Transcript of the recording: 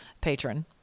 patron